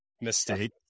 Mistake